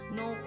no